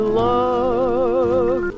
love